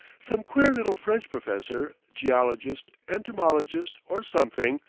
some queer little french professor, geologist, entomologist, or something,